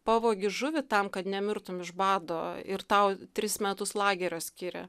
pavogi žuvį tam kad nemirtum iš bado ir tau tris metus lagerio skiria